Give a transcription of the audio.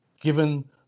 given